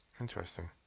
interesting